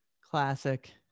classic